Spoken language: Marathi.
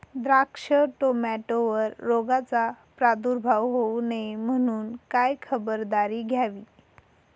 द्राक्ष, टोमॅटोवर रोगाचा प्रादुर्भाव होऊ नये म्हणून काय खबरदारी घ्यावी?